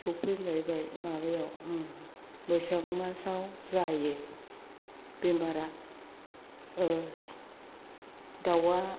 सफैलायबाय माबायाव बैसाग मासाव जायो बेमारा दाउआ